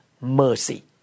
mercy